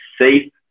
safe